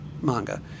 manga